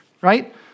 right